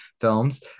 films